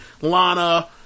Lana